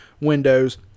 windows